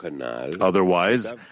Otherwise